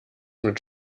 mit